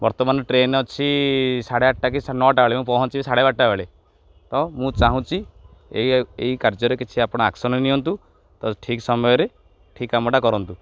ବର୍ତ୍ତମାନ ଟ୍ରେନ ଅଛି ସାଢ଼େ ଆଠଟା କି ନଅଟା ବେଳେ ମୁଁ ପହଞ୍ଚିବି ସାଢ଼େ ବାରଟା ବେଳେ ତ ମୁଁ ଚାହୁଁଛି ଏଇ ଏଇ କାର୍ଯ୍ୟରେ କିଛି ଆପଣ ଆକ୍ସନ୍ ନିଅନ୍ତୁ ତ ଠିକ୍ ସମୟରେ ଠିକ୍ କାମଟା କରନ୍ତୁ